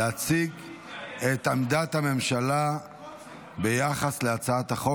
את עמדת הממשלה ביחס להצעת החוק.